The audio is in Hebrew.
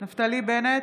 נפתלי בנט,